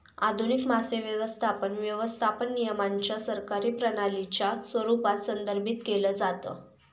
आधुनिक मासे व्यवस्थापन, व्यवस्थापन नियमांच्या सरकारी प्रणालीच्या स्वरूपात संदर्भित केलं जातं